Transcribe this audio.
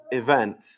event